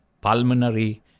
pulmonary